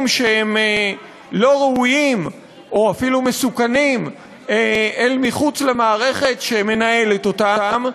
שהם לא ראויים או אפילו מסוכנים אל מחוץ למערכת שמנהלת אותם,